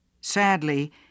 Sadly